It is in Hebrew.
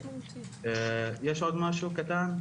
יש עוד משהו קטן,